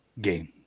game